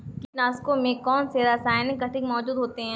कीटनाशकों में कौनसे रासायनिक घटक मौजूद होते हैं?